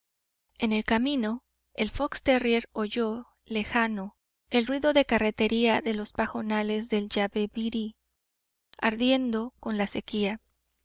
en el camino el fox terrier oyó lejano el ruido de carretería de los pajonales del yabebirí ardiendo con la sequía